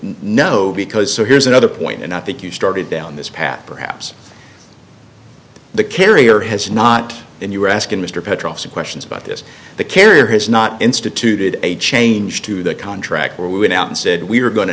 know because so here's another point and i think you started down this path perhaps the carrier has not and you are asking mr petrofsky questions about this the carrier has not instituted a change to the contract where we went out and said we are going to